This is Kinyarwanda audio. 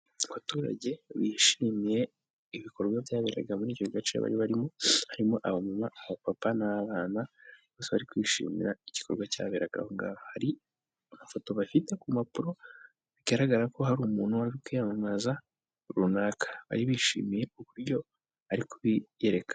Abaturage bishimiye ibikorwa byaberaga muri icyo gace bari barimo harimo abamama, abapapa, n'abana. Bose bari kwishimira igikorwa cyaberaga hari amafoto bafite ku mpapuro, bigaragara ko hari umuntu wari kwiyamamaza runaka bari bishimiye uburyo ari kubiyereka.